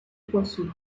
poisson